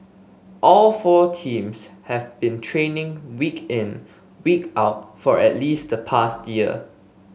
all four teams have been training week in week out for at least the past year